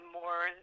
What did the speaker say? more